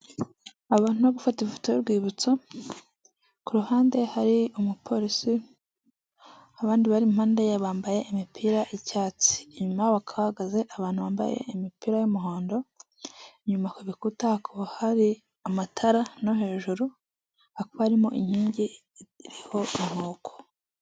Abantu bari gufata ifoto y'urwibutso ku ruhande hari umupolisi abandi bari impande ye bambaye imipira y'icyatsi inyuma bakaba bagaze abantu bambaye imipira y'umuhondo inyuma ku bikuta hari amatara no heju hakaba harimo inkingi iriho inkoko.